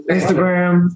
Instagram